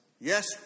Yes